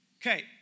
Okay